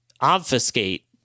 obfuscate